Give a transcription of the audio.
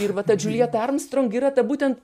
ir va ta džiuljeta armstrong yra ta būtent